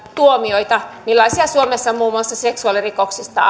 tuomioita millaisia suomessa muun muassa seksuaalirikoksista